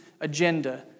agenda